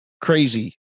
crazy